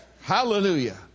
hallelujah